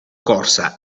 corsa